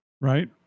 Right